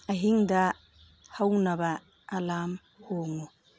ꯑꯍꯤꯡꯗ ꯍꯧꯅꯕ ꯑꯦꯂꯥꯔꯝ ꯍꯣꯡꯉꯨ